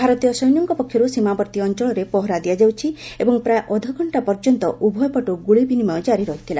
ଭାରତୀୟ ସୈନ୍ୟଙ୍କ ପକ୍ଷରୁ ସୀମାବର୍ତ୍ତୀ ଅଞ୍ଚଳରେ ପହରା ଦିଆଯାଉଛି ଏବଂ ପ୍ରାୟ ଅଧଘଣ୍ଟା ପର୍ଯ୍ୟନ୍ତ ଉଭୟପଟୁ ଗୁଳିବିନିମୟ ଜାରି ରହିଥିଲା